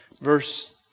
verse